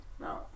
No